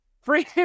free